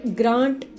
grant